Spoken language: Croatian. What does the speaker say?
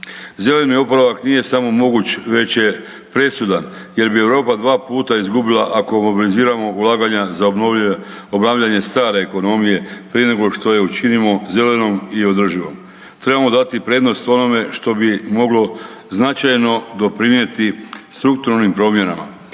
Zeleni oporavak nije samo moguć već je presudan jer bi Europa dva puta izgubila ako mobiliziramo ulaganja za obnavljanje stare ekonomije prije nego što je učinimo zelenom i održivom. Trebamo dati prednost onome što bi moglo biti značajno doprinijeti strukturnim promjenama.